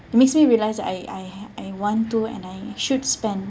it makes me realize that I I I want to and I should spend